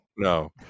No